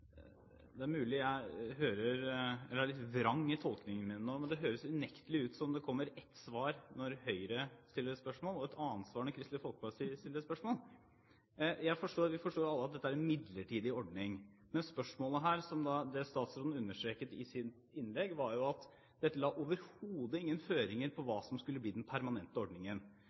Det er mulig jeg er litt vrang i tolkningene mine nå, men det høres unektelig ut som om det kommer ett svar når Høyre stiller spørsmål, og et annet svar når Kristelig Folkeparti stiller spørsmål. Vi forstår alle at dette er en midlertidig ordning, men det statsråden understreket i sitt innlegg, var at dette la overhodet ingen føringer på hva som skulle bli den permanente ordningen.